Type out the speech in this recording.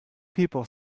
people